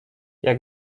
jak